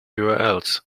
urls